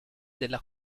della